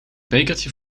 bekertje